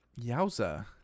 yowza